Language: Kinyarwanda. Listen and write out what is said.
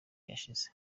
yashize